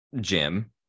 Jim